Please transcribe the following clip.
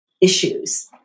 issues